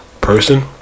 person